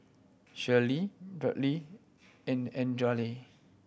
Shirlie Brynlee and Adriane